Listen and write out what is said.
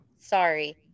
Sorry